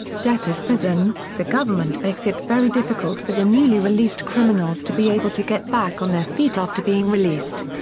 debtors prison the government makes it very difficult for the newly released criminals to be able to get back on their feet after being released.